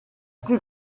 plus